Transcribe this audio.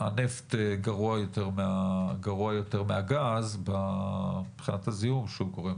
הנפט גרוע יותר מהגז מבחינת הזיהום שהוא גורם.